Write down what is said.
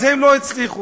הם לא הצליחו